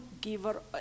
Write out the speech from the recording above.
giver